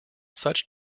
such